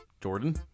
Jordan